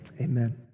Amen